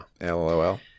LOL